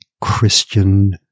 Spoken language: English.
Christian